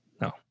No